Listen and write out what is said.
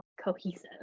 cohesive